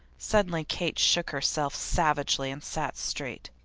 suddenly kate shook herself savagely and sat straight.